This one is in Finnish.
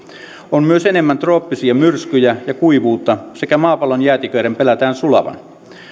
on myös enemmän trooppisia myrskyjä ja kuivuutta sekä maapallon jäätiköiden pelätään sulavan